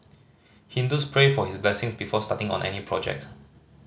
Hindus pray for his blessings before starting on any project